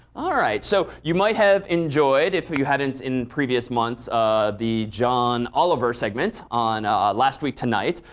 ah right, so you might have enjoyed if you hadn't in previous months the john oliver segment on last week tonight,